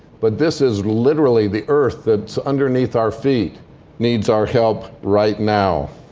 but this is literally the earth that's underneath our feet needs our help right now.